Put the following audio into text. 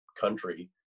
country